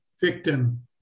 Victim